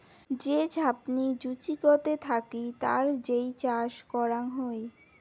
যে ঝাপনি জুচিকতে থাকি তার যেই চাষ করাং হই